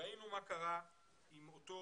ראינו מה קרה עם אותו